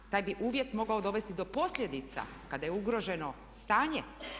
Ima, taj bi uvjet mogao dovesti do posljedica kada je ugroženo stanje.